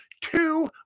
two